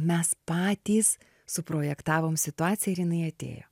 mes patys suprojektavom situaciją ir jinai atėjo